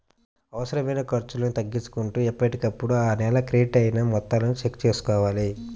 అనవసరమైన ఖర్చులను తగ్గించుకుంటూ ఎప్పటికప్పుడు ఆ నెల క్రెడిట్ అయిన మొత్తాలను చెక్ చేసుకోవాలి